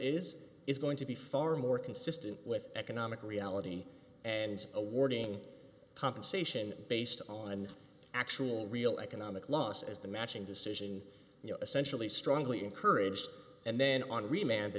is is going to be far more consistent with economic reality and awarding compensation based on actual real economic loss as the matching decision you know essentially strongly encouraged and then on